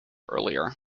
earlier